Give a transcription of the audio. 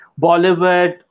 Bollywood